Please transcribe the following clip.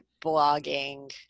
blogging